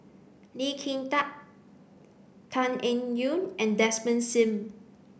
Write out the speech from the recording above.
Lee Kin Tat Tan Eng Yoon and Desmond Sim